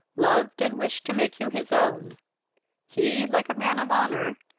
loved, and wished to make you his own he, like a man of honour,